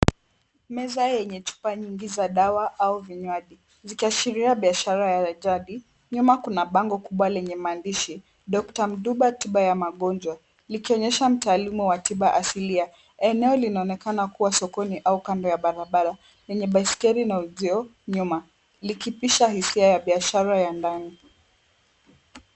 Meza yenye chupa nyingi za dawa au vinywaji zikiashiria biashara ya jadi, nyuma kuna bango kubwa lenye maandishi Doctor Munduba, tiba ya magonjwa, likionyesha mtaalamu wa tiba asili, eneo linaonekana kuwa sokoni au kando ya barabara lenye baiskeli na uzio nyuma likipisha hisia ya biashara ya ndani.